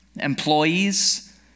employees